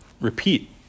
repeat